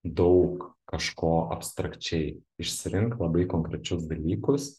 daug kažko abstrakčiai išsirink labai konkrečius dalykus